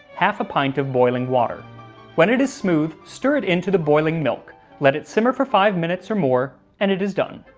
half a pint of boiling water when it is smooth stir it into the boiling milk let it simmer for five minutes or more and it is done.